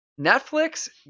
Netflix